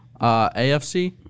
AFC